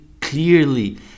clearly